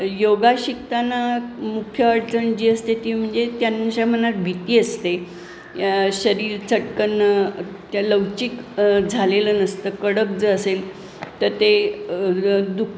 योगा शिकताना मुख्य अडचण जी असते ती म्हणजे त्यांच्या मनात भीती असते शरीर चटकन त्या लवचिक झालेलं नसतं कडक जर असेल तर ते दुख